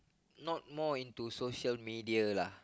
not more into social media lah